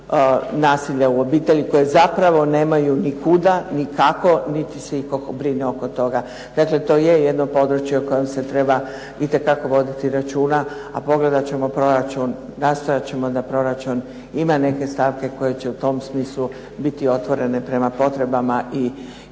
nasilja u obitelji koje zapravo nemaju ni kuda, ni kako, niti se itko brine oko toga. Dakle, to je jedno područje o kojem se treba itekako voditi računa, a pogledat ćemo proračun, nastojat ćemo da proračun ima neke stavke koje će u tom smislu biti otvorene prema potrebama i